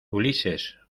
ulises